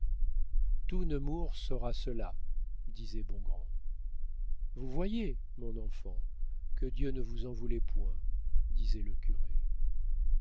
nemours saura cela disait bongrand vous voyez mon enfant que dieu ne vous en voulait point disait le curé